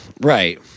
Right